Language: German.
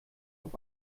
auf